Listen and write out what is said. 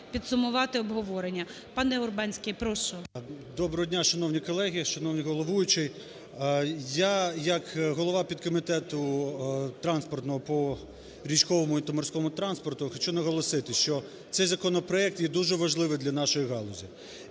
підсумувати обговорення. Пане Урбанський, прошу. 17:48:26 УРБАНСЬКИЙ О.І. Доброго дня, шановні колеги, шановний головуючий, я, як голова підкомітету транспортного по річковому та морському транспорту хочу наголосити, що цей законопроект є дуже важливий для нашої галузі.